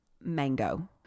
mango